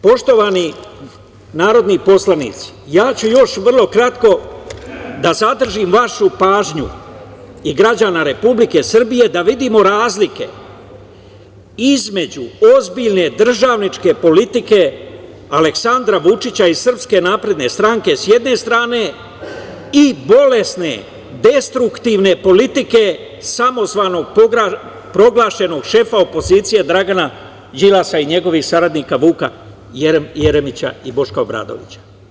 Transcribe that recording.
Poštovani narodni poslanici, ja ću još vrlo kratko da zadržim vašu pažnju i građana Republike Srbije da vidimo razlike između ozbiljne državničke politike Aleksandra Vučića i SNS sa jedne strane i bolesne, destruktivne politike samozvanog, proglašenog šefa opozicije Dragana Đilasa i njegovih saradnika Vuka Jeremića i Boška Obradovića.